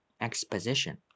Exposition